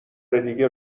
دیگه